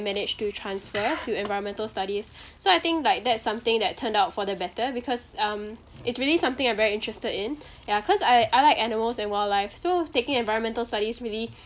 managed to transfer to environmental studies so I think like that's something that turned out for the better because um it's really something I'm very interested in ya cause I I like animals and wildlife so taking environmental studies really